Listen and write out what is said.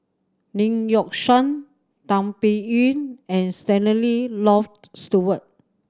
Lee Yock Suan Tan Biyun and Stanley Loft Stewart